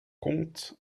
compte